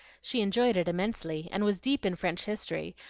she enjoyed it immensely, and was deep in french history,